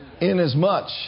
Inasmuch